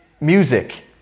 music